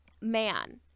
man